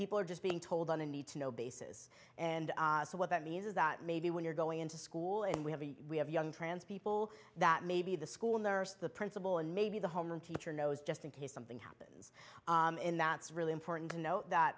people are just being told on a need to know basis and so what that means is that maybe when you're going into school and we have we have young trans people that maybe the school nurse the principal and maybe the home teacher knows just in case something happens in that's really important to know that